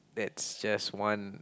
that's just one